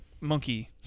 monkey